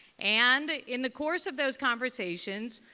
and in the course of those conversations,